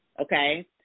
Okay